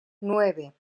nueve